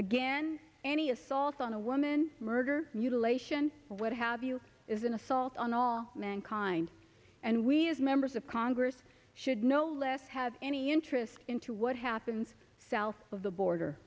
again any assaults on a woman murder mutilation what have you is an assault on all mankind and we as members of congress should no less have any interest into what happens south of the border